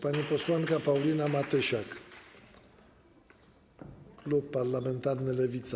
Pani posłanka Paulina Matysiak, klub parlamentarny Lewica.